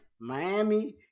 Miami